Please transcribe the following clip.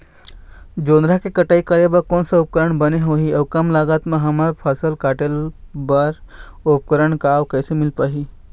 जोंधरा के कटाई करें बर कोन सा उपकरण बने होही अऊ कम लागत मा हमर फसल कटेल बार उपकरण कहा अउ कैसे मील पाही?